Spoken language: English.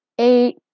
Eight